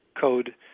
Code